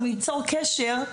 אם יצור קשר,